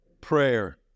Prayer